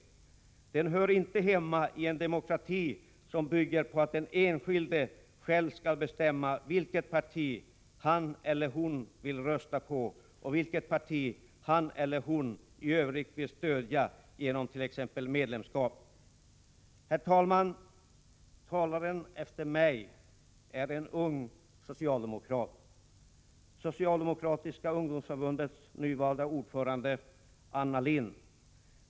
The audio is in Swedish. Kollektivanslutningen hör inte hemma i en demokrati som bygger på att den enskilde själv skall bestämma vilket parti han eller hon vill rösta på och vilket parti han eller hon i övrigt vill stödja genom t.ex. sitt medlemskap. Herr talman! Talaren efter mig är en ung socialdemokrat, nämligen socialdemokratiska ungdomsförbundets nyvalda ordförande Anna Lindh.